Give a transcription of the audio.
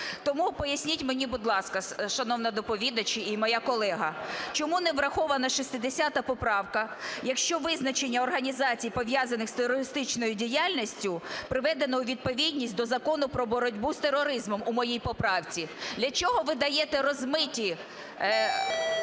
Тому поясніть мені, будь ласка, шановна доповідач і моя колега, чому не врахована 60 поправка, якщо визначення організацій, пов'язаних з терористичною діяльністю, приведено у відповідність до Закону "Про боротьбу з тероризмом" у моїй поправці? Для чого ви даєте розмиті